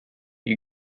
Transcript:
you